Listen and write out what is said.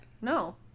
No